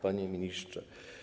Panie Ministrze!